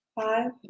Five